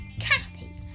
Cappy